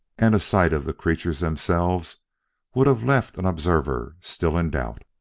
and a sight of the creatures themselves would have left an observer still in doubt.